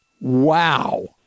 Wow